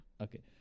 okay